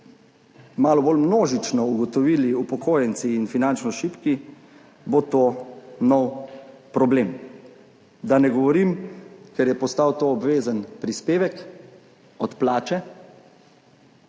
malo bolj množično ugotovili upokojenci in finančno šibki, bo to nov problem, da ne govorim, ker je postal to obvezen prispevek od plače